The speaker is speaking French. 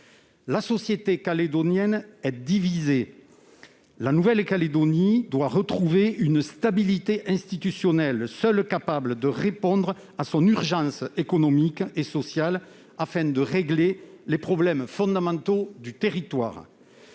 La société calédonienne est divisée. La Nouvelle-Calédonie doit retrouver une stabilité institutionnelle, seule à même de permettre de répondre à l'urgence économique et sociale et de régler les problèmes fondamentaux du territoire.